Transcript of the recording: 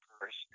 first